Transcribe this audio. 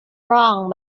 wrong